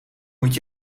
moet